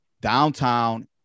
downtown